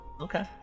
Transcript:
Okay